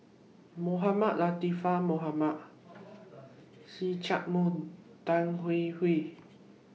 Mohamed Latiff Mohamed See Chak Mun Tan Hwee Hwee